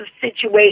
situation